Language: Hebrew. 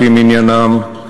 על-פי מניינם,